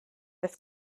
das